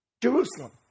Jerusalem